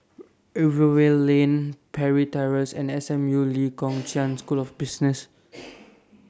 Rivervale Lane Parry Terrace and S M U Lee Kong Chian School of Business